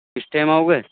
کس ٹائم آؤ گے